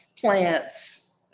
plants